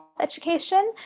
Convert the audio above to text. education